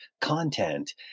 content